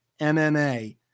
MMA